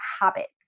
habits